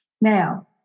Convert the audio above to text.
Now